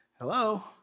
hello